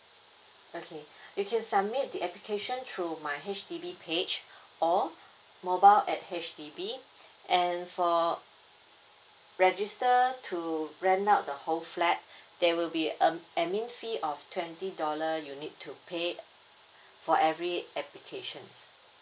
okay you can submit the application through my H_D_B page or mobile at H_D_B and for register to rent out the whole flat there will be um admin fee of twenty dollar you need to pay for every applications